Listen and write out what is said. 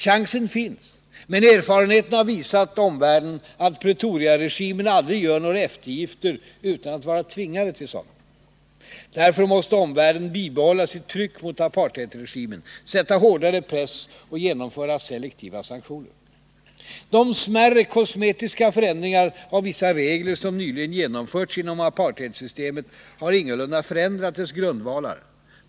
Chansen finns, men erfarenheten har visat omvärlden att Pretoriaregimen aldrig gör några eftergifter utan att vara tvingad till sådana. Därför måste omvärlden bibehålla sitt tryck mot apartheidregimen, sätta hårdare press och genomföra selektiva sanktioner. De smärre, kosmetiska förändringar av vissa regler som nyligen genomförts inom apartheidsystemet har ingalunda förändrat dess grundvalar.